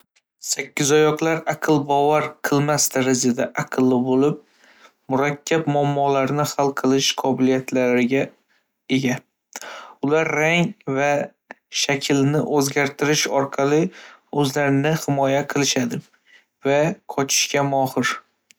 Sakkizoyoqlar aql bovar qilmas darajada aqlli bo‘lib, murakkab muammolarni hal qilish qobiliyatlariga ega. Ular rang va shaklni o‘zgartirish orqali o‘zlarini himoya qilishadi va qochishga mohir.